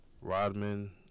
Rodman